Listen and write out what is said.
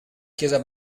chiesa